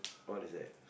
what is that